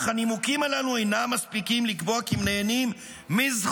אך הנימוקים הללו אינם מספיקים לקבוע כי הם נהנים מזכות